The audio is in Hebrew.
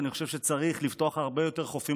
ואני חושב שצריך לפתוח הרבה יותר חופים